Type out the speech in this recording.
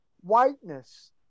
whiteness